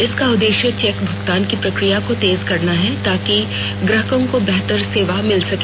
इसका उद्देश्य चेक भुगतान की प्रक्रिया को तेज करना है ताकि ग्राहकों को बेहतर सेवा मिल सके